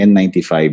N95